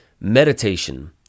meditation